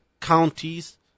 counties